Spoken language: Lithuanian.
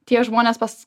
tie žmonės pas